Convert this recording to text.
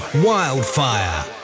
Wildfire